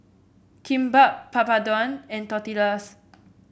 Kimbap Papadum and Tortillas